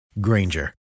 Granger